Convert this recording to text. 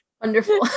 wonderful